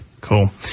Cool